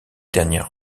dernière